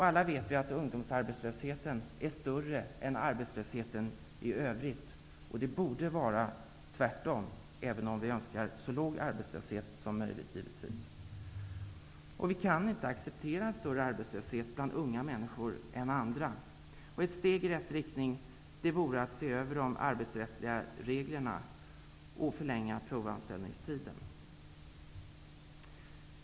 Alla vet att ungdomsarbetslösheten är större än arbetslösheten i övrigt. Det borde vara tvärtom, även om vi givetvis önskar ha så låg arbetslöshet som möjligt. Vi kan inte acceptera att arbetslösheten är större bland unga människor än bland andra. Ett steg i rätt riktning vore att se över de arbetsrättsliga reglerna och förlänga provanställningstiden.